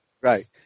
right